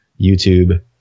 YouTube